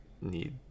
need